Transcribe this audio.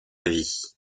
vie